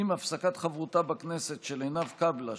עם הפסקת חברותה בכנסת של עינב קאבלה,